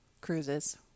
cruises